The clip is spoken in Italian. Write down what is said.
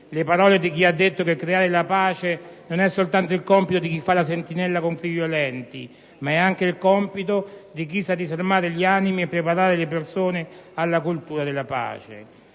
le parole di chi ha detto che creare la pace non è soltanto il compito di chi fa la sentinella contro i violenti, ma è anche il compito di chi sa disarmare gli animi e preparare le persone alla cultura della pace.